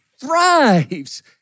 thrives